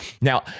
Now